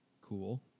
cool